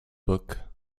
book